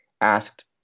asked